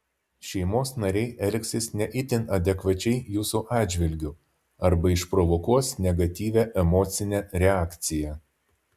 šeimos nariai elgsis ne itin adekvačiai jūsų atžvilgiu arba išprovokuos negatyvią emocinę reakciją